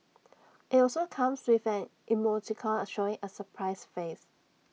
IT also comes with an emoticon showing A surprised face